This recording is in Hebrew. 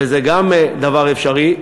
וזה גם דבר אפשרי.